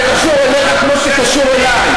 זה קשור אליך כמו שזה קשור אלי.